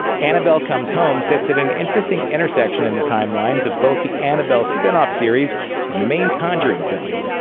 annabelle comes home sits at an interesting intersection in the timelines of both the annabelle spin-off series and the main conjuring films.